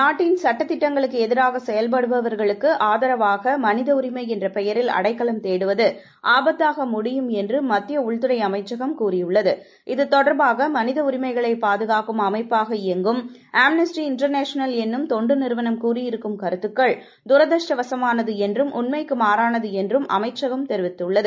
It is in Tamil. நாட்டின் சுட்டதிட்டங்களுக்கு எதிராக செயல்படுபவர்களுக்கு ஆதரவாக மனித உரிமை என்ற பெயரில் அடைக்கலம் தேடுவது ஆபத்தாக முடியும் என்று மத்திய உள்துறை அமைச்சகம் கூறியுள்ளது இது தொடர்பாக மனித உரிமைகளைப் பாதுகாக்கும் அமைப்பாக இயங்கும் ஆம்னஸ்டி இண்டர்நேஷனல் என்னும் தொண்டு நிறுவளம் கூறியிருக்கும் கருத்துகள் தூதிருஷ்டவசமானது என்றும் உண்மைக்கு மாறானது என்றும் அமைச்சகம் தெரிவித்துள்ளது